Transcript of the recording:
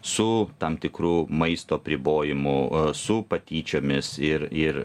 su tam tikru maistu apribojimu su patyčiomis ir ir